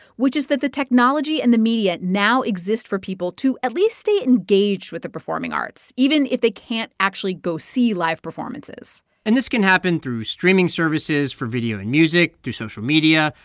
which is that the technology and the media now exist for people to at least stay engaged with the performing arts, even if they can't actually go see live performances and this can happen through streaming services for video and music, through social media,